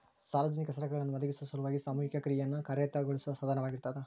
ಸಾರ್ವಜನಿಕ ಸರಕುಗಳನ್ನ ಒದಗಿಸೊ ಸಲುವಾಗಿ ಸಾಮೂಹಿಕ ಕ್ರಿಯೆಯನ್ನ ಕಾರ್ಯಗತಗೊಳಿಸೋ ಸಾಧನವಾಗಿರ್ತದ